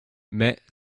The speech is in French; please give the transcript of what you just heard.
mais